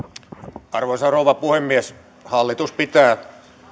arvoisa rouva puhemies hallitus pitää